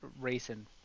racing